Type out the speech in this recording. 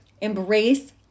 embrace